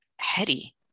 heady